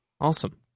Awesome